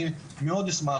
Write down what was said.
אני מאוד אשמח,